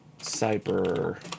Cyber